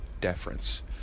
deference